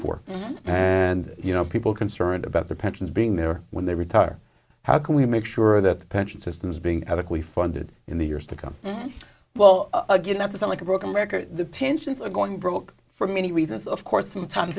for and you know people concerned about their pensions being there when they retire how can we make sure that the pension system is being adequately funded in the years to come well again not to some like a broken record the pensions are going broke for many reasons of course sometimes